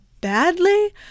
badly